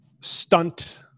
stunt